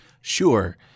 Sure